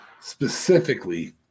Specifically